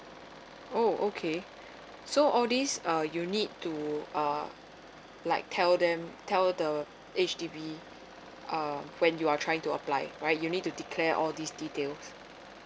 oh okay so all these uh you need to uh like tell them tell the H_D_B uh when you are trying to apply right you need to declare all these details